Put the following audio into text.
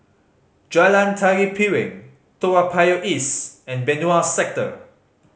Jalan Tari Piring Toa Payoh East and Benoi Sector